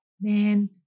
man